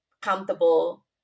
comfortable